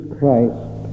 Christ